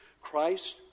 Christ